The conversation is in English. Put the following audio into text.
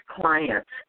clients